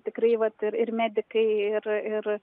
tikrai vat ir ir medikai ir